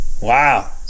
Wow